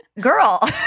girl